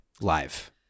live